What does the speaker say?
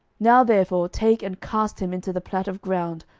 now therefore take and cast him into the plat of ground,